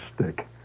stick